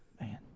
Man